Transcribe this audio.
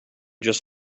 just